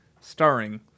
Starring